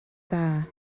dda